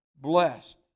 blessed